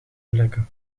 vlekken